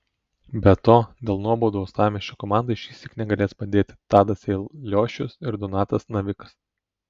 be to dėl nuobaudų uostamiesčio komandai šįsyk negalės padėti tadas eliošius ir donatas navikas